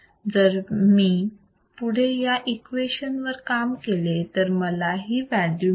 जर मी पुढे या इक्वेशन वर काम केले तर मला ही व्हॅल्यू मिळेल